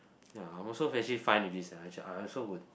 ya I'm also basically fine with this sia actually I also would